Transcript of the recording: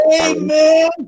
Amen